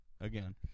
again